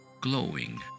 glowing